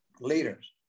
leaders